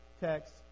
text